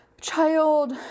child